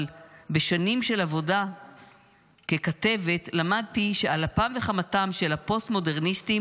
אבל בשנים של עבודה ככתבת למדתי שעל אפם וחמתם של הפוסט-מודרניסטים,